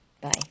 Bye